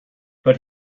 but